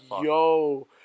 yo